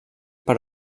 per